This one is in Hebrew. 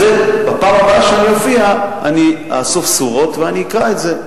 בפעם הבאה שאני אופיע אני אאסוף סורות ואני אקרא את זה.